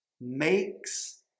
makes